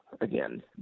again